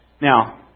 Now